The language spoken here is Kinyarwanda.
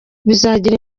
bizagira